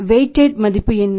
வைடிட்மதிப்பு என்ன